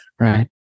Right